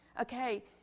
Okay